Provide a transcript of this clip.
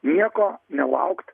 nieko nelaukt